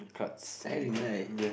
it's tiring right